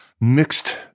mixed